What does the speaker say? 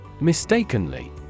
Mistakenly